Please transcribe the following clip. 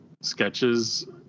sketches